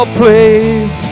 please